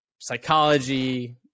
psychology